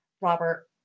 Robert